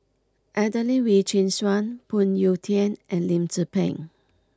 Adelene Wee Chin Suan Phoon Yew Tien and Lim Tze Peng